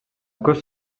көз